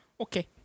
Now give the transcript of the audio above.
Okay